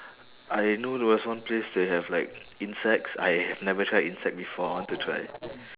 I know there was one place they have like insects I have never tried insect before I want to try